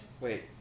Wait